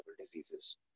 diseases